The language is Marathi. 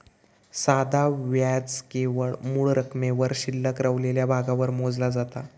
साधा व्याज केवळ मूळ रकमेवर शिल्लक रवलेल्या भागावर मोजला जाता